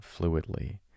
fluidly